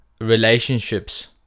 relationships